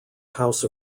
house